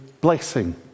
blessing